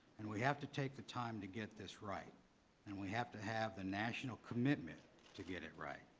and we have to take the time to get this right and we have to have the national commitment to get it right.